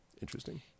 interesting